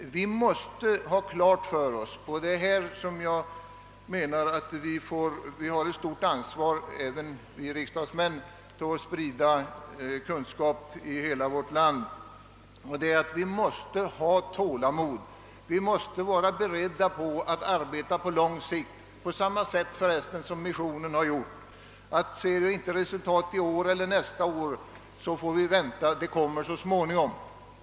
Även vi riksdagsmän har ett stort ansvar när det gäller att i vårt land sprida kunskap om en del förhållanden i samband med u-hjälpen. Vi måste ha tålamod och vara beredda på att arbeta på lång sikt på samma sätt som missionen alltid har gjort. Om vi inte ser något resultat i år eller nästa år får vi vänta, ty det kommer så småningom.